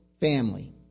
family